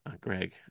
Greg